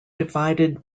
divided